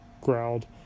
growled